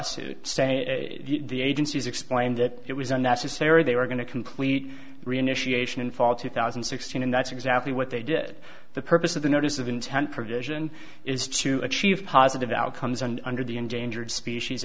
saying the agency's explained that it was unnecessary they were going to complete reinitiate in fall two thousand and sixteen and that's exactly what they did the purpose of the notice of intent provision is to achieve positive outcomes and under the endangered species